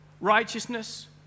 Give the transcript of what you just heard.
righteousness